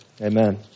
Amen